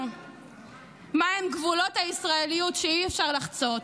מהם גבולות הישראליות שאי-אפשר לחצות.